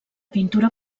pintura